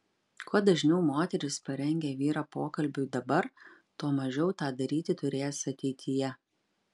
kuo dažniau moteris parengia vyrą pokalbiui dabar tuo mažiau tą daryti turės ateityje